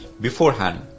beforehand